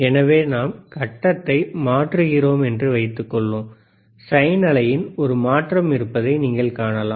எனவே நாம் கட்டத்தை மாற்றுகிறோம் என்று வைத்துக்கொள்வோம் சைன் அலையில் ஒரு மாற்றம் இருப்பதை நீங்கள் காணலாம்